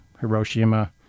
Hiroshima